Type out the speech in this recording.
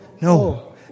No